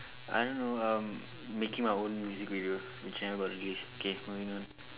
I don't know um making my own music video the channel got released K moving on